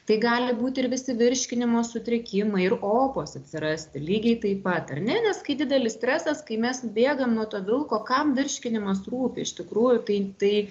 tai gali būti ir visi virškinimo sutrikimai ir opos atsirasti lygiai taip pat ar ne nes kai didelis stresas kai mes bėgam nuo to vilko kam virškinimas rūpi iš tikrųjų tai tai